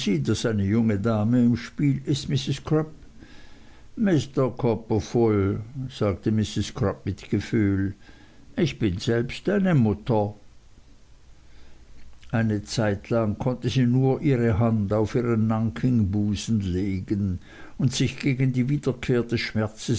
daß eine junge dame im spiel ist mrs crupp mr copperfull sagte mrs crupp mit gefühl ich bin selbst eine mutter eine zeitlang konnte sie nur ihre hand auf ihren nankingbusen legen und sich gegen die wiederkehr des schmerzes